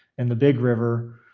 in the big river,